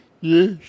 Yes